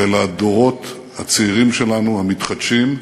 ולדורות הצעירים שלנו, המתחדשים,